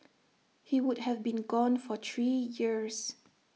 he would have been gone for three years